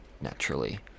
naturally